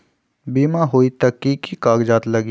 बिमा होई त कि की कागज़ात लगी?